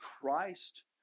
Christ